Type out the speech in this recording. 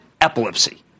epilepsy